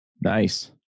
Nice